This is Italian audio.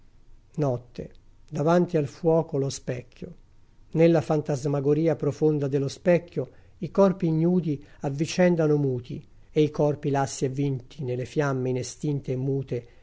notte davanti al fuoco lo specchio nella fantasmagoria profonda dello specchio i corpi ignudi avvicendano muti e i corpi lassi e vinti nelle fiamme inestinte e mute